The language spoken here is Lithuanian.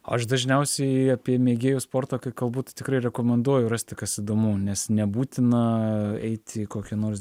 aš dažniausiai apie mėgėjų sportą kai kalbu tai tikrai rekomenduoju rasti kas įdomu nes nebūtina eiti į kokią nors